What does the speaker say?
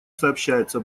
сообщается